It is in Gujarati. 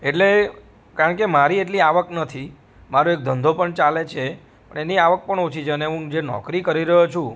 એટલે કારણ કે મારી એટલી આવક નથી મારો એક ધંધો પણ ચાલે છે પણ એની આવક પણ ઓછી છે અને હું જે નોકરી કરી રહ્યો છું